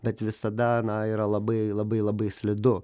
bet visada yra labai labai labai slidu